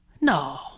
No